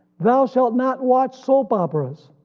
thou shalt not watch soap operas,